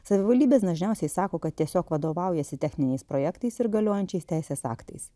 savivaldybės dažniausiai sako kad tiesiog vadovaujasi techniniais projektais ir galiojančiais teisės aktais